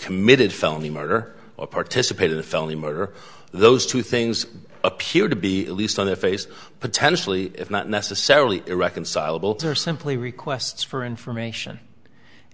committed felony murder or participate in a felony murder those two things appear to be at least on the face potentially if not necessarily irreconcilable to or simply requests for information